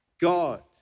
God